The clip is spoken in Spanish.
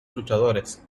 luchadores